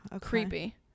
Creepy